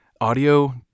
audio